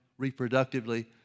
reproductively